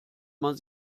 man